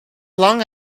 long